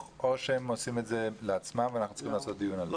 או שהמשרד עושה את זה בעצמו ואנחנו צריכים לקיים דיון על כך?